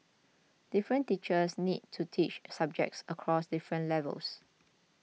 different teachers need to teach subjects across different levels